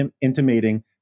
intimating